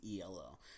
ELO